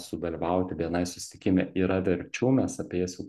sudalyvauti bni susitikime yra verčių mes apie jas jau